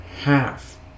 half